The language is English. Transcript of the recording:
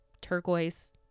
turquoise